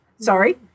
Sorry